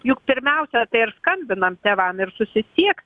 juk pirmiausia tai ir skambinam tėvam ir susisieks